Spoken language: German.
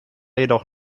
jedoch